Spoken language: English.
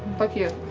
fuck you.